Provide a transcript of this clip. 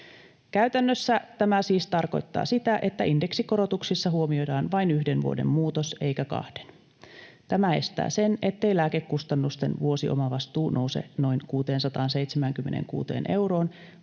Käytännössä tämä siis tarkoittaa sitä, että indeksikorotuksissa huomioidaan vain yhden vuoden muutos eikä kahden. Tämä estää sen, ettei lääkekustannusten vuosiomavastuu nouse noin 676 euroon,